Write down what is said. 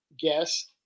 guess